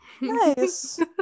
Nice